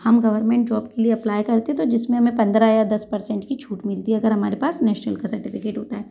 हम government job के लिए अप्लाई करते हैं तो जिसमें हमें पंद्रह या दस परसेंट की छूट मिलती है अगर हमारे पास नेशनल का सर्टिफिकेट होता है